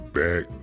back